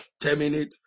terminate